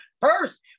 first